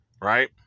right